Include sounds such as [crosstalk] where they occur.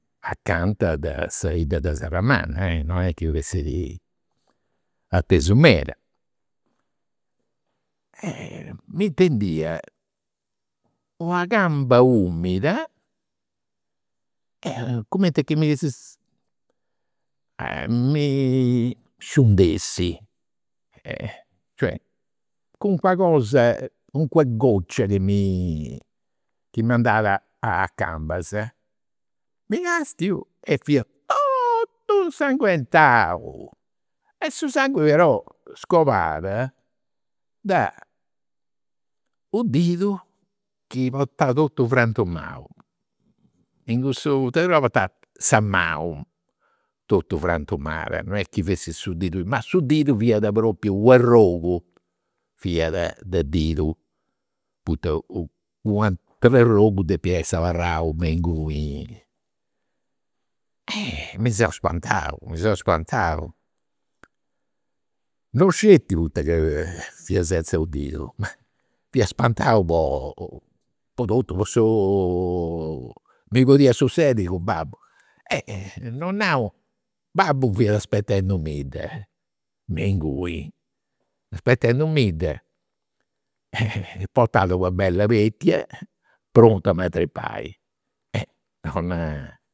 Acanta de sa 'idda de Serramanna, non est chi fessit atesu meda. M'intendia una camba umida, cumenti chi m'essint [hesitation] mi sciundessi, cioè calincuna cosa, calincuna goccia chi mi [hesitation] chi mi andat a cambas. Mi castiu e fia totu insanguentau, e su sanguini però scolat de u' didu chi portau totu frantumau, in cussu tesinanta portau sa manu totu frantumat non est chi fessit su didu sceti. Ma su didu fiat propriu u' arrogu, fiat, de didu, poita u' [hesitation] u' ateru arrogu depiat essi abarrau me inguni. Mi seu spantau, mi seu spantau. Non sceti poita ca fiu senza u' didu, ma fia spantau po [hesitation] po totu. Po su mi podia sussedi cun babbu. Non nau, babbu fiat aspetendumidda, me inguni, aspetendumidda, portat una bella [unintelligible] prontu a m'atripai, non.